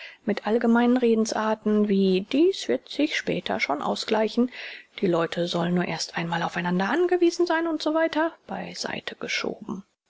mit allgemeinen redensarten wie dies wird sich später schon ausgleichen die leute sollen nur erst einmal auf einander angewiesen sein u s w bei seite geschoben